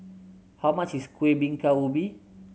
how much is Kuih Bingka Ubi